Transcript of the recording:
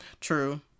True